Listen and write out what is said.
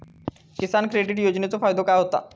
किसान credit card योजनेचो फायदो काय होता?